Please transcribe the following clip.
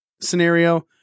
scenario